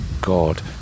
god